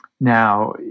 Now